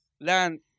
land